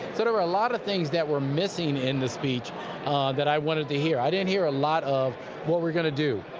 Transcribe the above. sort of were a lot of things that were missing in the speech that i wanted to hear. i didn't hear a lot of what we're going to do.